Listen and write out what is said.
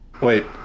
Wait